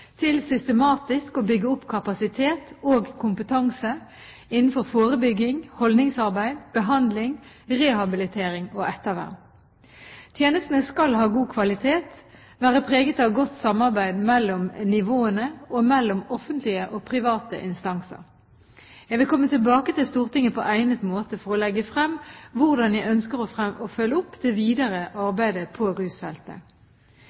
til systematisk å bygge opp kapasitet og kompetanse innenfor forebygging, holdningsarbeid, behandling, rehabilitering og ettervern. Tjenestene skal ha god kvalitet, være preget av godt samarbeid mellom nivåene og mellom offentlige og private instanser. Jeg vil komme tilbake til Stortinget på egnet måte for å legge frem hvordan jeg ønsker å følge opp det videre